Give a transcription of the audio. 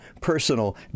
personal